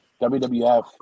WWF